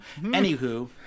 Anywho